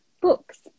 Books